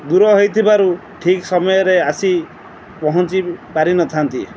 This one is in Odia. ଦୂର ହେଇଥିବାରୁ ଠିକ୍ ସମୟରେ ଆସି ପହଞ୍ଚି ପାରିନଥାନ୍ତି